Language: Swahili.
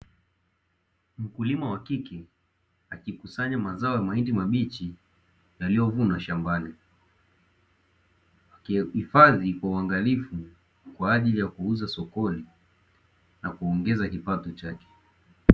Mkulima wa kike akikusanya mazao ya mahindi mabichi aliyovuna shambani, akihifadhi kwa uangalifu kwa ajili ya kuuza sokoni na kuongeza kipato chake.